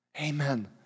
Amen